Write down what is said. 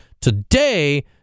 Today